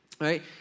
Right